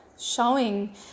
Showing